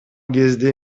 кезде